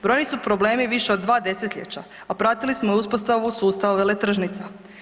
Brojni su problemi više od dva desetljeća, a pratili smo i uspostavu sustava veletržnica.